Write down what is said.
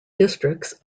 districts